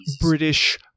British